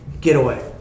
getaway